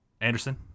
Anderson